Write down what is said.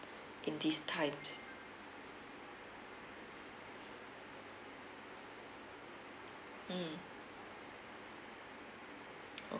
in these times mm